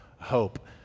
hope